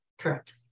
Correct